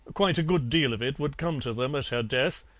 quite a good deal of it would come to them at her death,